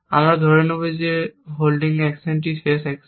আমরা ধরে নেব যে হোল্ডিং অ্যাকশনটি শেষ অ্যাকশন